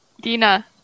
Dina